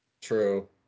True